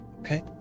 Okay